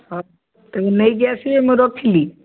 ହଁ ତମେ ନେଇକି ଆସିବେ ମୁଁ ରଖିଲି